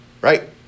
right